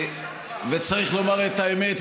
וצריך לומר את האמת,